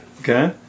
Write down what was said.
Okay